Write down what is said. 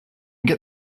get